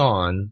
on